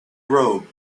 robe